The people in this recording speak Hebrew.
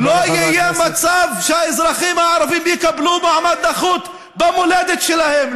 לא יהיה מצב שהאזרחים הערבים יקבלו מעמד נחות במולדת שלהם.